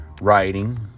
writing